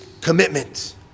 commitment